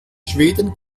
schweden